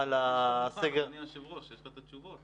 אדוני היושב-ראש, יש לך את התשובות.